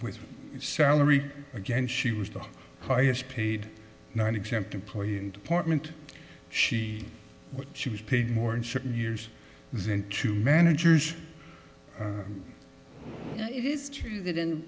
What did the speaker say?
with salary again she was the highest paid not exempt employee and apartment she was she was paid more in certain years two managers it is true that in